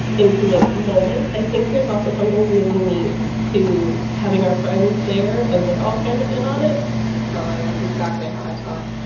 intimate moment, i think there's also something really neat to having our friends there and they're all kind of in on it ty, that's exactly how i feel um